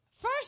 first